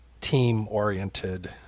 team-oriented